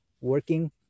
working